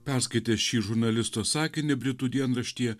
perskaitęs šį žurnalisto sakinį britų dienraštyje